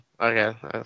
Okay